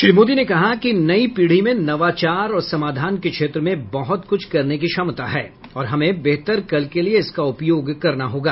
श्री मोदी ने कहा कि नई पीढ़ी में नवाचार और समाधान के क्षेत्र में बहुत कुछ करने की क्षमता है और हमें बेहतर कल के लिए इसका उपयोग करना होगा